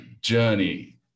journey